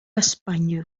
espanya